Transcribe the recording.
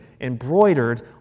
embroidered